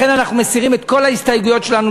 לכן אנחנו מסירים את כל ההסתייגויות שלנו,